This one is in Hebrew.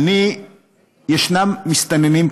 ישנם מסתננים,